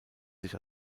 sich